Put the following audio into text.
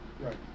Right